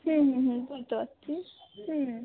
হুম হুম হুম বুঝতে পারছি হুম